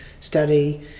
study